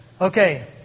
Okay